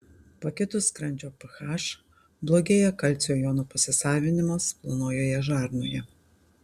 pakitus skrandžio ph blogėja kalcio jonų pasisavinimas plonojoje žarnoje